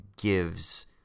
gives